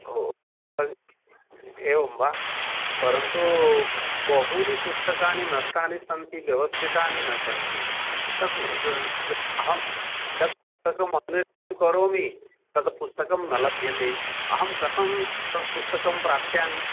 ओ तर्हि एवं वा परन्तु बहूनि पुस्तकानि नष्टानि सन्ति व्यवस्थितानि न सन्ति तत् अहं यत् पुस्तकम् अन्वेषणं करोमि तद् पुस्तकं न लभ्यते अहं कथं तत् पुस्तकं प्राप्स्यामि